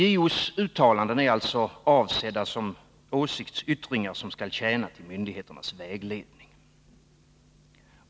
JO:s uttalanden är alltså avsedda som åsiktsyttringar som skall tjäna till myndigheternas vägledning.